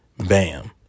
Bam